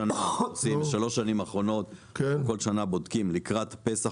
בשלוש השנים האחרונות אנחנו כל שנה בודקים לקראת פסח,